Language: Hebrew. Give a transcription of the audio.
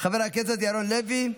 חבר הכנסת ירון לוי,